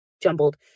jumbled